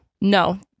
no